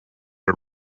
are